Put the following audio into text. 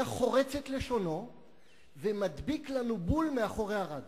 היה חורץ את לשונו ומדביק לנו בול מאחורי הרדיו.